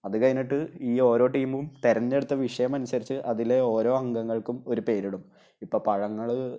അത് കഴിഞ്ഞിട്ട് ഈ ഓരോ ടീമും തെരഞ്ഞെടുത്ത വിഷയം അനുസരിച്ച് അതിലെ ഓരോ അംഗങ്ങൾക്കും ഒരു പേരിടും ഇപ്പോള് പഴങ്ങള്